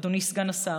אדוני סגן השר.